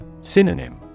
Synonym